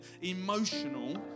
emotional